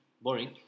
Boring